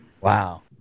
Wow